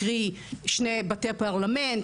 קרי שני בתי פרלמנט,